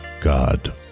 God